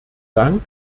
dank